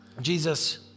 Jesus